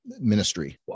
ministry